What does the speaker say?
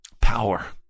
power